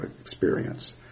experience